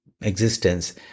existence